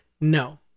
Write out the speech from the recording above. no